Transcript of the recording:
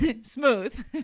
Smooth